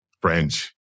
French